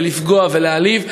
ולפגוע ולהעליב,